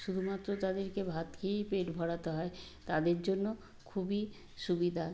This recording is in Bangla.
শুধুমাত্র তাদেরকে ভাত খেয়েই পেট ভরাতে হয় তাদের জন্য খুবই সুবিধা